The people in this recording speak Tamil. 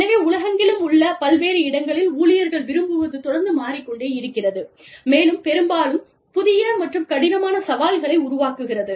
எனவே உலகெங்கிலும் உள்ள பல்வேறு இடங்களில் ஊழியர்கள் விரும்புவது தொடர்ந்து மாறிக்கொண்டே இருக்கிறது மேலும் பெரும்பாலும் புதிய மற்றும் கடினமான சவால்களை உருவாக்குகிறது